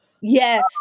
Yes